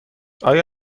آیا